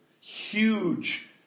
huge